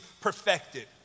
perfected